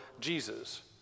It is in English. Jesus